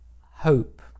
Hope